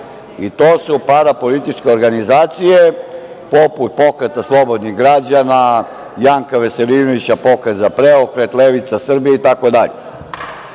i to su parapolitičke organizacije poput Pokreta slobodnih građana, Janka Veselinovića, Pokret za preokret, Levica Srbije,